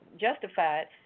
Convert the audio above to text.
justified